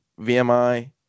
VMI